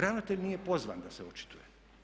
Ravnatelj nije pozvan da se očituje.